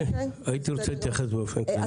אני הייתי רוצה להתייחס באופן כללי.